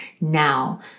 now